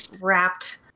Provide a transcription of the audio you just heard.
wrapped